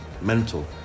mental